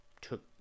took